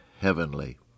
heavenly